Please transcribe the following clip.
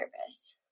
nervous